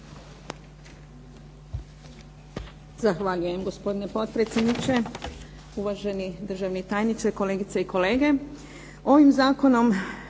Zahvaljujem gospodine potpredsjedniče. Uvaženi državni tajniče, kolegice i kolege. Ovim Zakonom